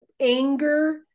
anger